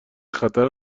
خطر